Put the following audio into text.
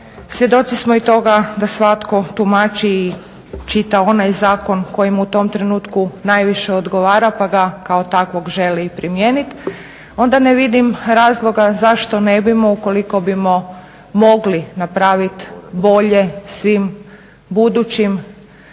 svjedoci smo i toga da svatko tumači i čita onaj zakon koji mu u tom trenutku najviše odgovara pa ga kao takvog želi i primijeniti onda ne vidim razloga zašto ne bismo ukoliko bismo mogli napraviti bolje svim budućim